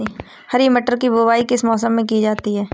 हरी मटर की बुवाई किस मौसम में की जाती है?